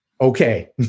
Okay